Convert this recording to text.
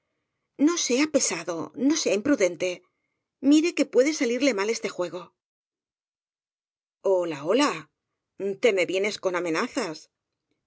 no sea pesa do no sea imprudente mire que puede salirle mal este juego hola hola te me vienes con amenazas